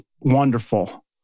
wonderful